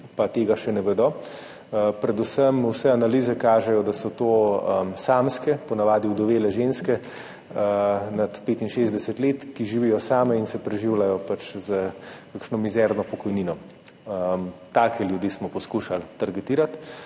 pa tega še ne vedo. Predvsem vse analize kažejo, da so to samske ženske, ponavadi ovdovele ženske nad 65. let, ki živijo same in se preživljajo pač s kakšno mizerno pokojnino. Take ljudi smo poskušali targetirati.